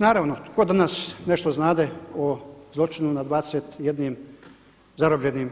Naravno tko danas nešto znade o zločinu nad 21 zarobljenim